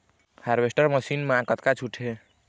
Harvester machine मा कतका छूट हे?